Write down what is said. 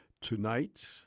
Tonight